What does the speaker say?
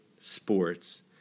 sports